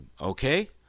Okay